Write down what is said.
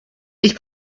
ich